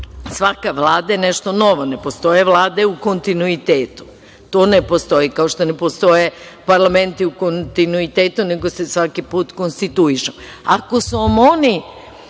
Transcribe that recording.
svaka vlada je nešto novo. Ne postoje vlade u kontinuitetu. To ne postoji, kao što ne postoje parlamenti u kontinuitetu, nego se svaki put konstituišu. Ako su vam oni,